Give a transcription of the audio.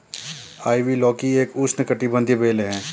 ivy लौकी एक उष्णकटिबंधीय बेल है